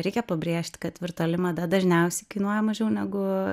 reikia pabrėžti kad virtuali mada dažniausiai kainuoja mažiau negu